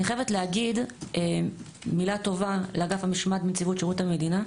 אני חייבת להגיד מילה טובה לאגף המשמעת בנציבות שירות המדינה,